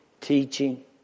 teaching